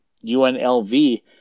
UNLV